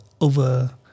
over